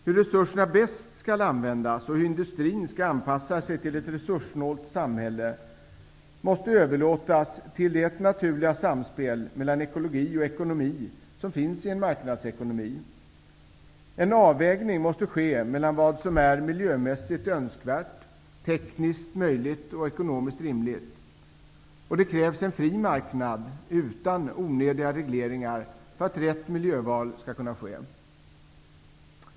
Hur resurserna bäst skall användas och hur industrin skall anpassa sig till ett resurssnålt samhälle, måste överlåtas till det naturliga samspel mellan ekologi och ekonomi som finns i en marknadsekonomi. En avvägning måste ske mellan vad som är miljömässigt önskvärt, tekniskt möjligt och ekonomiskt rimligt. Det krävs en fri marknad utan onödiga regleringar för att rätt miljöval skall kunna ske.